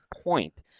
point